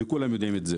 וכולם יודעים את זה.